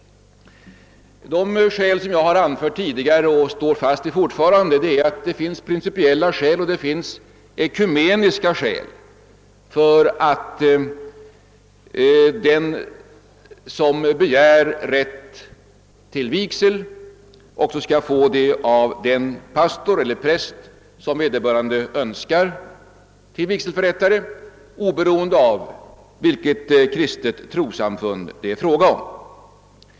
Det finns principiella och ekumeniska skäl för att personer skall få vigas av den pastor eller präst som de önskar skall förrätta vigseln, oberoende av vilket kristet trossamfund det är fråga om.